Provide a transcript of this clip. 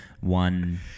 one